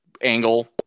angle